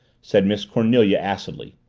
said miss cornelia acidly.